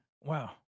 wow